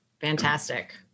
Fantastic